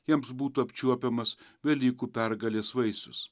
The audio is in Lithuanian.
jiems būtų apčiuopiamas velykų pergalės vaisius